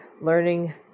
learning